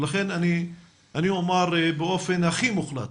ולכן אני אומר באופן הכי מוחלט